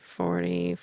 forty